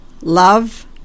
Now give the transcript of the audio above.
love